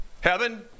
Heaven